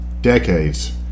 decades